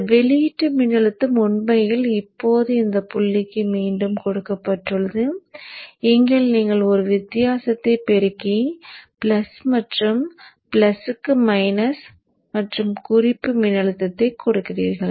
இந்த வெளியீட்டு மின்னழுத்தம் உண்மையில் இப்போது இந்த புள்ளிக்கு மீண்டும் கொடுக்கப்பட்டுள்ளது இங்கே நீங்கள் ஒரு வித்தியாசத்தை பெருக்கி பிளஸ் மற்றும் பிளஸ் க்கு மைனஸ் மற்றும் குறிப்பு மின்னழுத்தத்தை கொடுக்கிறீர்கள்